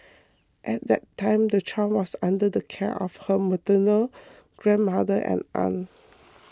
at that time the child was under the care of her maternal grandmother and aunt